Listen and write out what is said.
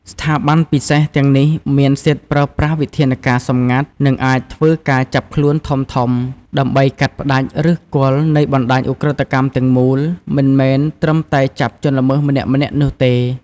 ស្ថាប័នពិសេសទាំងនេះមានសិទ្ធិប្រើប្រាស់វិធានការសម្ងាត់ និងអាចធ្វើការចាប់ខ្លួនធំៗ ដើម្បីកាត់ផ្តាច់ឫសគល់នៃបណ្តាញឧក្រិដ្ឋកម្មទាំងមូល មិនមែនត្រឹមតែចាប់ជនល្មើសម្នាក់ៗនោះទេ។